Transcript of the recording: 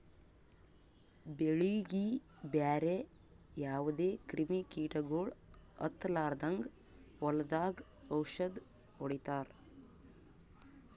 ಬೆಳೀಗಿ ಬ್ಯಾರೆ ಯಾವದೇ ಕ್ರಿಮಿ ಕೀಟಗೊಳ್ ಹತ್ತಲಾರದಂಗ್ ಹೊಲದಾಗ್ ಔಷದ್ ಹೊಡಿತಾರ